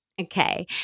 Okay